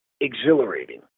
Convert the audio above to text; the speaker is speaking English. exhilarating